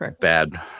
bad